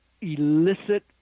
elicit